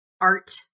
art